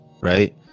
right